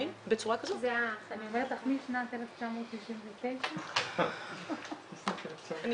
הישיבה ננעלה בשעה 10:29.